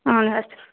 اَہَن حَظ